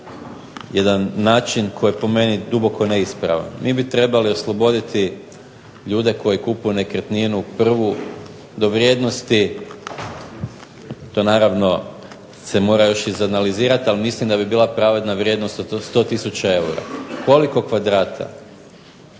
jedan način koji je po meni duboko neispravan. Mi bi trebali osloboditi ljude koji kupuju prvu nekretninu do vrijednosti, to naravno se još mora izanalizirati ali mislim da bi bila pravedna vrijednost od 100 tisuća eura. Koliko kvadrata,